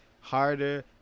harder